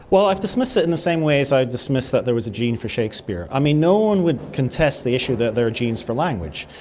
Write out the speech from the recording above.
well, i've dismissed it in the same way as i dismiss that there was a gene for shakespeare. i mean no one would contest the issue that there are genes for language,